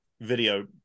video